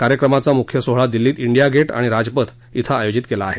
कार्यक्रमाचा मुख्य सोहळा दिल्लीत डिया गेट आणि राजपथ श्वें आयोजित केला आहे